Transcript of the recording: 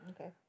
Okay